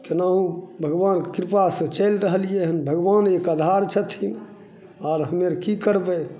केनाहु भगबानके कृपासे चलि रहलियै हन भगबान एक आधार छथिन आर हमे आर की करबै